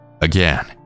Again